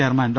chairman Dr